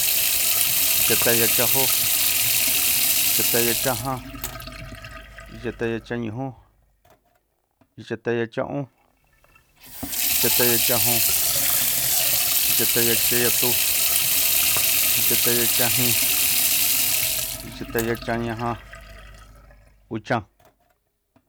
Ichateyachanjó ichateyachaján ichateyachanñujú ichateyachan'ún ichateyachanjun ichateyachanyatu ichateyachajin ichateyachanñaja uchan